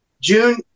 June